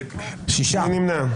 מי נמנע?